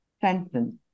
sentence